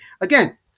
again